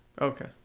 Okay